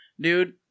Dude